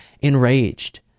enraged